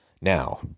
now